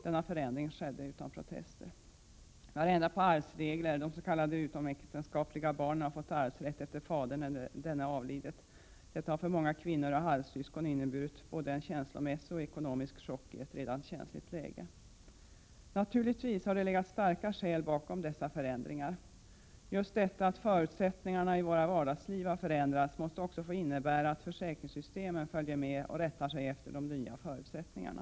Denna förändring skedde utan protester. Vi har ändrat på arvsregler — de s.k. utomäktenskapliga barnen har fått arvsrätt efter fadern. Detta har för många kvinnor och halvsyskon inneburit både en känslomässig och ekonomisk chock i ett redan känsligt läge. Naturligtvis har det legat starka skäl bakom dessa förändringar. Just detta att förutsättningarna i våra vardagsliv har förändrats måste också få innebära att försäkringssystemen följer med och rättar sig efter de nya förutsättningarna.